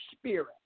spirit